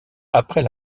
après